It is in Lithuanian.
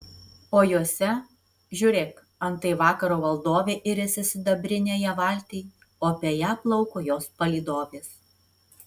o juose žiūrėk antai vakaro valdovė iriasi sidabrinėje valtyj o apie ją plauko jos palydovės